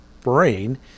brain